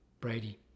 Brady